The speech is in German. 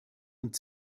und